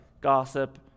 gossip